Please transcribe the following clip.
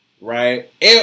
Right